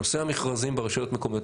נושא המכרזים ברשויות המקומיות,